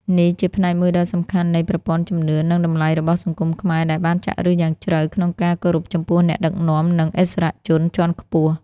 នេះជាផ្នែកមួយដ៏សំខាន់នៃប្រព័ន្ធជំនឿ និងតម្លៃរបស់សង្គមខ្មែរ ដែលបានចាក់ឫសយ៉ាងជ្រៅក្នុងការគោរពចំពោះអ្នកដឹកនាំ និងឥស្សរជនជាន់ខ្ពស់។